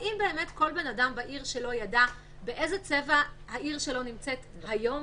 האם באמת כל אדם בעיר שלו ידע באיזה צבע העיר שלו צבועה היום?